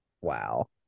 Wow